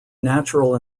natural